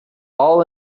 all